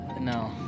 No